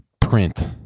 print